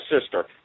sister